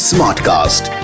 Smartcast